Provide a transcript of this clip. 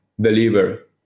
deliver